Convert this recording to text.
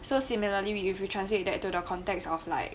so similarly if you translate that to the context of like